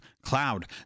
Cloud